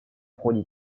ходе